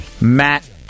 Matt